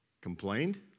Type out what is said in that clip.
complained